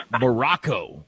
Morocco